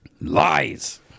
Lies